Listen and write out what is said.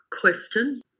question